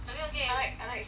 I like I like smooth 的